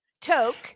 Toke